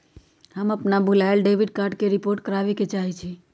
हम अपन भूलायल डेबिट कार्ड के रिपोर्ट करावे के चाहई छी